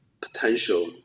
potential